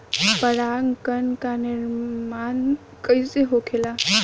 पराग कण क निर्माण कइसे होखेला?